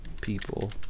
people